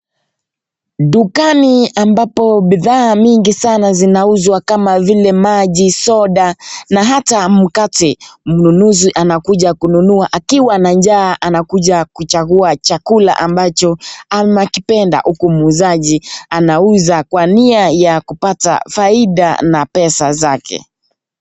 Dukani ambako bidhaa nyingi zinauzwa kama vile maji, soda na hata mkate, mnunuzi anakuja kununua akiwa na njaa anakuja kuchagua chakula ambacho ama akipenda huku muuzaji anauza kwa nia ya kupata faida na pesa zake.